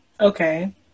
Okay